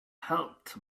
helped